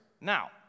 Now